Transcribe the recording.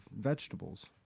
vegetables